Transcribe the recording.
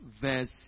verse